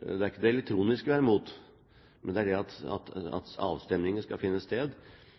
Det er ikke det elektroniske vi er imot. Det er det at avstemningen skal finne sted